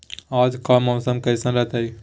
आज के मौसम कैसन रहताई?